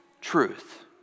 truth